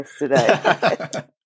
yesterday